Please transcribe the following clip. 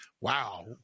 Wow